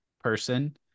person